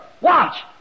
watch